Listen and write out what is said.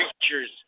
creatures